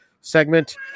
segment